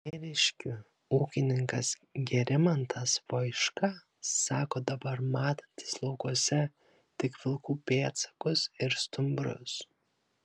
ėriškių ūkininkas gerimantas voiška sako dabar matantis laukuose tik vilkų pėdsakus ir stumbrus